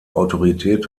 autorität